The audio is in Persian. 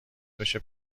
بشه